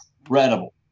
incredible